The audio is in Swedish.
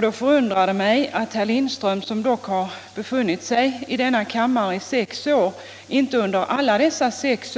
Då förundrar det mig att herr Lindström, som dock har befunnit sig i denna kammare i sex år, inte under alla dessa